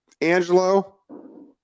Angelo